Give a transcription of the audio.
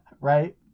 Right